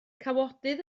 cawodydd